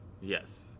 yes